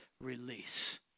release